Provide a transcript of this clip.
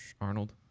Arnold